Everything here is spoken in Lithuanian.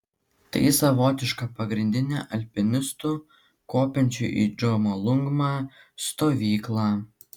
tai savotiška pagrindinė alpinistų kopiančių į džomolungmą stovykla